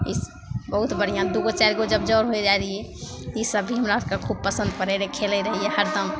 इस बहुत बढ़िआँ दुइ गो चारि गो जब जर होइ जाइ रहिए ईसब भी हमरा आओरके खूब पसन्द पड़ै रहै खेलै रहिए हरदम